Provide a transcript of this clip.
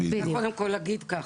קודם כל, אגיד ככה.